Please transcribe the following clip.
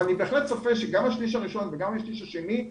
אבל אני בהחלט צופה שגם השליש הראשון וגם השליש השני,